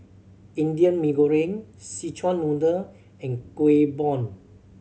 Indian Mee Goreng Szechuan Noodle and Kueh Bom